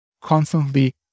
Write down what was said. constantly